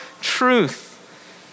truth